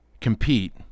compete